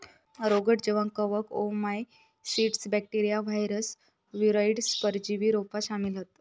रोगट जीवांत कवक, ओओमाइसीट्स, बॅक्टेरिया, वायरस, वीरोइड, परजीवी रोपा शामिल हत